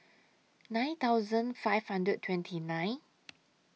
nine thousand five hundred and twenty nine